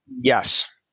Yes